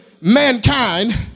mankind